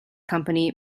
company